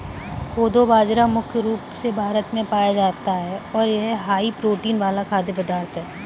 कोदो बाजरा मुख्य रूप से भारत में पाया जाता है और यह हाई प्रोटीन वाला खाद्य पदार्थ है